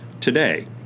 today